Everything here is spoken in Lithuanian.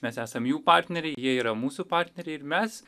mes esam jų partneriai jie yra mūsų partneriai ir mes